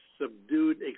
subdued